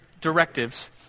directives